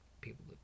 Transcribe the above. people